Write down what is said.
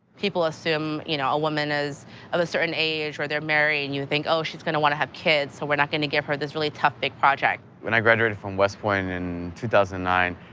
people assume, you know, a woman is of a certain age or they're married and you think oh she's gonna wanna have kids so we're not gonna give her this really tough big project. when i graduated from west point in two thousand and nine,